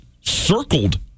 circled